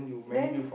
then